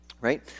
right